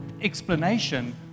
explanation